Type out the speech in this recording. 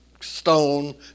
stone